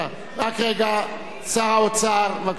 שר האוצר, בבקשה.